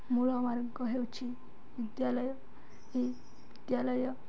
ମୂଳ ମାର୍ଗ ହେଉଛି ବିଦ୍ୟାଳୟ ଏହି ବିଦ୍ୟାଳୟ